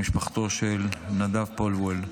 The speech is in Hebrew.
למשפחתו של נדב פופלוול,